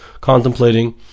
contemplating